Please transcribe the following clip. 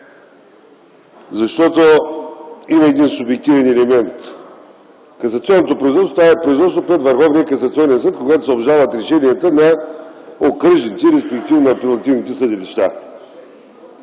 защото има един субективен елемент. Касационното производство, това е производство, което Върховният касационен съд, когато се обжалват решенията на окръжните, респективно на апелативните съдилища,